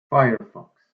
firefox